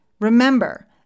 Remember